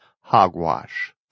hogwash